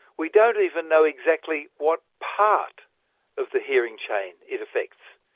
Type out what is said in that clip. we don't even know exactly what part of the hearing chain it affects.